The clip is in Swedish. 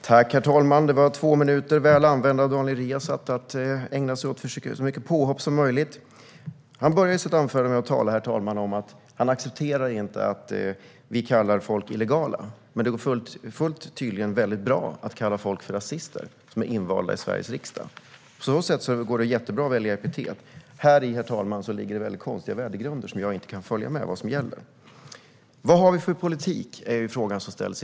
Herr talman! Det var två minuter som Daniel Riazat använde väl till att ägna sig åt så många påhopp som möjligt. Han började sitt anförande med att säga att han inte accepterar att vi kallar folk illegala. Men det går tydligen bra att kalla folk som är invalda i Sveriges riksdag för rasister. På så sätt går det jättebra att välja epitet. Häri, herr talman, ligger konstiga värdegrunder, och jag kan inte följa med i vad som gäller där. Vad har vi för politik för vuxenutbildningen? är frågan som ställs.